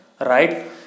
right